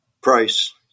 price